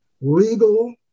legal